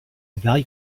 value